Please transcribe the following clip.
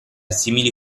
simili